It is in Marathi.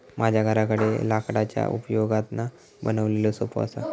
माझ्या घराकडे लाकडाच्या उपयोगातना बनवलेलो सोफो असा